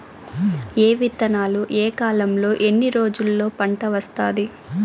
ఏ విత్తనాలు ఏ కాలంలో ఎన్ని రోజుల్లో పంట వస్తాది?